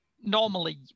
normally